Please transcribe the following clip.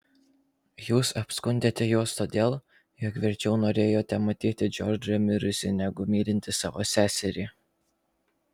jūs apskundėte juos todėl jog verčiau norėjote matyti džordžą mirusį negu mylintį savo seserį